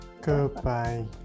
Goodbye